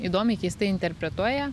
įdomiai keistai interpretuoja